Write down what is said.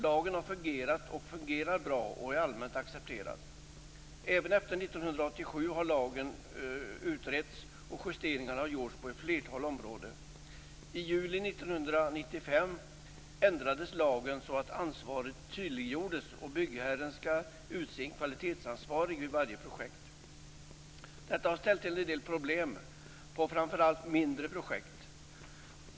Lagen har fungerat och fungerar bra och är allmänt accepterad. Även efter 1987 har lagen utretts och justeringar har gjorts på ett flertal områden. I juli 1995 ändrades lagen så att ansvaret tydliggjordes och byggherren skall utse en kvalitetsansvarig vid varje projekt. Detta har ställt till en del problem på framför allt mindre projekt.